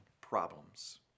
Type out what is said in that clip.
problems